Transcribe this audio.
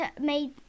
made